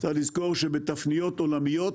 צריך לזכור שבתפניות עולמיות,